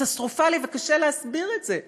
וקשה להסביר את זה,